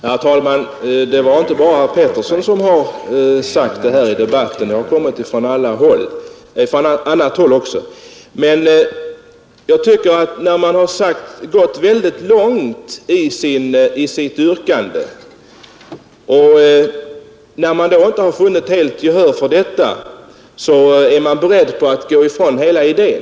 Herr talman! Det är inte bara herr Alf Pettersson i Malmö som har sagt detta i debatten; det har kommit från annat håll också. När man har gått väldigt långt i sitt yrkande och inte vunnit helt gehör för detta, är man beredd att gå ifrån hela idén.